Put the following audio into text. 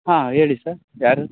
ಹಾಂ ಹೇಳಿ ಸರ್ ಯಾರು